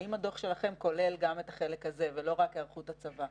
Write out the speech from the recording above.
האם הדוח שלכם כולל גם את החלק הזה ולא רק היערכות הצבא?